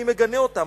אני מגנה אותם,